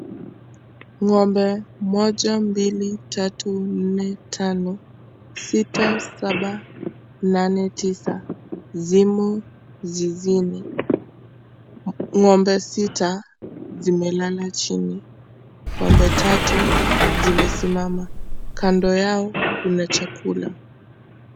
Ngombe moja, mbili, tatu, nne, tano, sita, saba, nane, tisa, zimo zizini. Ngombe sita zimelala chini, ngombe tatu zimesimama, kando yao kuna chakula.